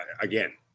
again